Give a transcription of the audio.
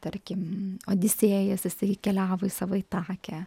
tarkim odisėjas jisai keliavo į savo itakę